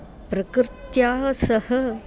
प्रकृत्याः सह